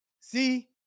See